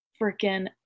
freaking